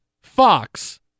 Fox